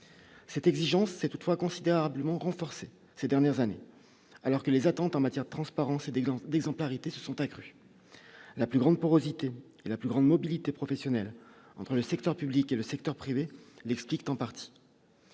c'est exigence s'est toutefois considérablement renforcée ces dernières années alors que les attentes en matière de transparence et des gants d'exemplarité se sont accrues, la plus grande porosité, la plus grande mobilité professionnelle entre le secteur public et le secteur privé l'expliquent en partie.